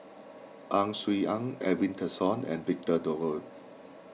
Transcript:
Ang Swee Aun Edwin Tessensohn and Victor Doggett